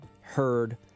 heard